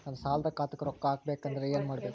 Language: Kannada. ನನ್ನ ಸಾಲದ ಖಾತಾಕ್ ರೊಕ್ಕ ಹಾಕ್ಬೇಕಂದ್ರೆ ಏನ್ ಮಾಡಬೇಕು?